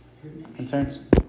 concerns